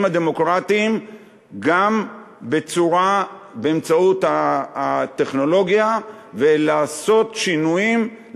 הדמוקרטיים גם באמצעות הטכנולוגיה ולעשות שינויים,